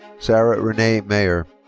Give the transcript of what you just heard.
sarah renee maier.